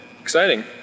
Exciting